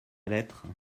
lettres